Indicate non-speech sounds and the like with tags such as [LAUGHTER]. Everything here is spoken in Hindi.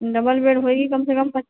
डबल बेड हाेएगी कम से कम [UNINTELLIGIBLE]